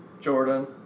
Jordan